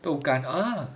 豆干 uh